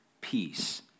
peace